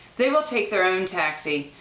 they will take their own taxi.